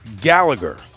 Gallagher